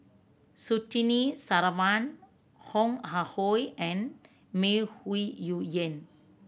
Surtini Sarwan Ong Ah Hoi and May Ooi Yu Fen